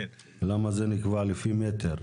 למה זה נקבע לפי מטר?